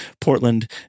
Portland